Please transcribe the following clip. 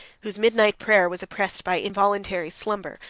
whose midnight prayer was oppressed by involuntary slumber,